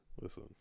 Listen